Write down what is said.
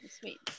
Sweet